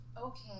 Okay